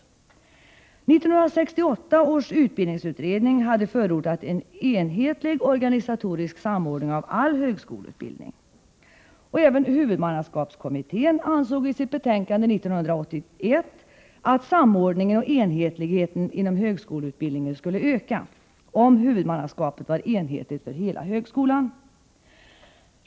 1968 års utbildningsutredning hade förordat en enhetlig organisatorisk samordning av all högskoleutbildning. Även huvudmannaskapskommittén ansåg i sitt betänkande 1981 att samordningen och enhetligheten inom högskoleutbildningen skulle öka, om huvudmannaskapet var enhetligt för hela högskolan.